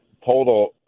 total